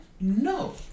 No